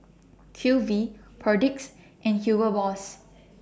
Q V Perdix and Hugo Loss